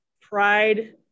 Pride